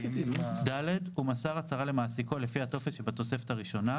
(ד)הוא מסר הצהרה למעסיקו לפי הטופס שבתוספת הראשונה,